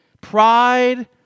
pride